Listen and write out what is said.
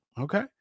okay